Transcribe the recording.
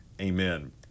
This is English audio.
amen